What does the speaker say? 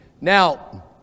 Now